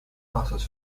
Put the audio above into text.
passes